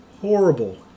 horrible